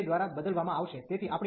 તેથી આને 2 દ્વારા બદલવામાં આવશે